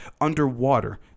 underwater